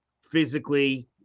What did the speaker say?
physically